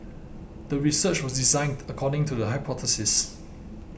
the research was designed according to the hypothesis